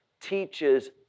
teaches